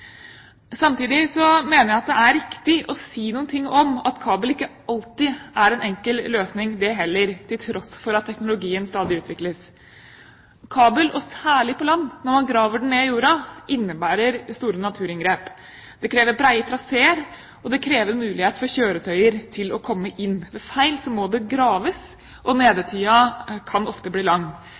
Samtidig mener jeg at det er riktig å si noe om at kabel ikke alltid er en enkel løsning, det heller, til tross for at teknologien stadig utvikles. Kabel, og særlig på land, når man graver den ned i jorda, innebærer store naturinngrep. Det krever brede traseer, og det krever mulighet for kjøretøyer til å komme inn. Ved feil må det graves, og nede-tida kan ofte bli lang.